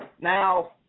Now